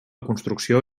construcció